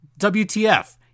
WTF